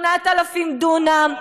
8,000 דונם.